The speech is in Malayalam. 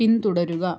പിന്തുടരുക